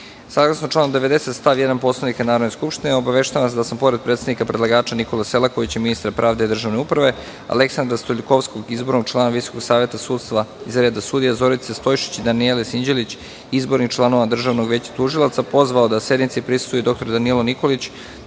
članu 90. stav 1. Poslovnika Narodne skupštine obaveštavam vas da sam pored predsednika predlagača Nikole Selakovića, ministra pravde i državne uprave, Aleksandra Stoiljkovskog, izbornog člana Visokog saveta sudstva iz reda sudija, Zorice Stojšić, Danijele Sinđelić, izbonih članova državnog Veća tužilaca, pozvao da sednici prisutvuje i dr Danilo Nikolić,